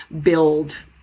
build